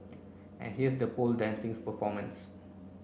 and here's the pole dancing performances